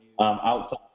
outside